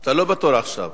אתה לא בתור עכשיו.